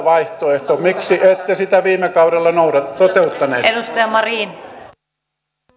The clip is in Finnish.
miksi ette sitä viime kaudella toteuttaneet